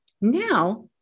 Now